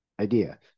idea